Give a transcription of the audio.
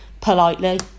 politely